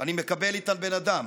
אני מקבל איתן בן אדם?